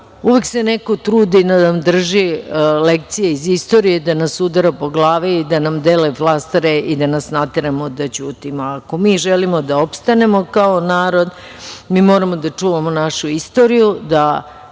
uvek se neko trudi da nam drži lekcije iz istorije, da nas udara po glavi i da nam dele flastere i da nas nateraju da ćutimo. Ako mi želimo da opstanemo kao narod mi moramo da čuvamo našu istoriju, da